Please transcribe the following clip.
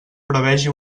prevegi